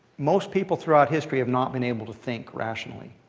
most people throughout history have not been able to think rationally.